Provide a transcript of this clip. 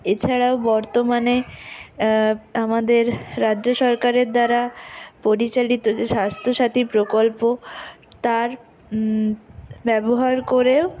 এছাড়াও বর্তমানে আমাদের রাজ্য সরকারের দ্বারা পরিচালিত যে স্বাস্থ্যসাথী প্রকল্প তার ব্যবহার করেও